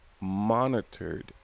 monitored